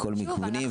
מכל הכיוונים,